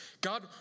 God